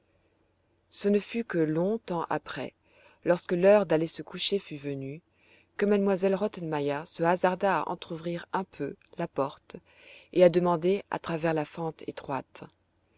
ce ne fut que longtemps après lorsque l'heure d'aller se coucher fut venue que m elle rottenmek se hasarda à entr'ouvrir un peu la porte et à de mander à travers la fente étroite